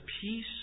peace